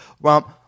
romp